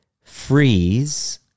freeze